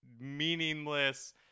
meaningless